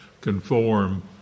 conform